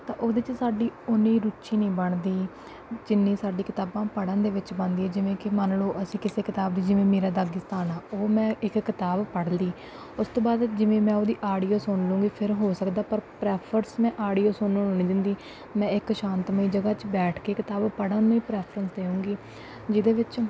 ਤਾਂ ਉਹਦੇ 'ਚ ਸਾਡੀ ਉੱਨੀ ਰੁਚੀ ਨਹੀਂ ਬਣਦੀ ਜਿੰਨੀ ਸਾਡੀ ਕਿਤਾਬਾਂ ਪੜ੍ਹਨ ਦੇ ਵਿੱਚ ਬਣਦੀ ਜਿਵੇਂ ਕਿ ਮੰਨ ਲਓ ਅਸੀਂ ਕਿਸੇ ਕਿਤਾਬ ਦੀ ਜਿਵੇਂ ਮੇਰਾ ਦਾਗਿਸਤਾਨ ਆ ਉਹ ਮੈਂ ਇੱਕ ਕਿਤਾਬ ਪੜ੍ਹ ਲਈ ਉਸ ਤੋਂ ਬਾਅਦ ਜਿਵੇਂ ਮੈਂ ਉਹਦੀ ਆਡੀਓ ਸੁਣਲਾਂਗੀ ਫਿਰ ਹੋ ਸਕਦਾ ਪਰ ਪ੍ਰੈਫਰਸ ਮੈਂ ਆਡੀਓ ਸੁਣਨ ਨੂੰ ਨਹੀਂ ਦਿੰਦੀ ਮੈਂ ਇੱਕ ਸ਼ਾਂਤਮਈ ਜਗ੍ਹਾ 'ਚ ਬੈਠ ਕੇ ਕਿਤਾਬ ਪੜ੍ਹਨ ਨੂੰ ਪ੍ਰੈਫਰਸ ਦਿਵਾਂਗੀ ਜਿਹਦੇ ਵਿੱਚ